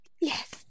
Yes